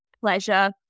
pleasure